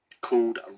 called